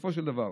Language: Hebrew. ובסופו של דבר,